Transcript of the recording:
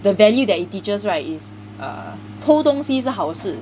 the value that it teaches right is uh 偷东西是好事